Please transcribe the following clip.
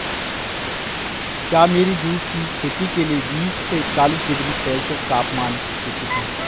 क्या मेरी जूट की खेती के लिए बीस से चालीस डिग्री सेल्सियस तापमान उचित है?